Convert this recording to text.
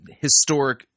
historic